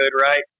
right